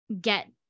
get